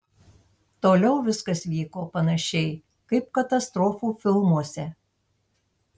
toliau viskas vyko panašiai kaip katastrofų filmuose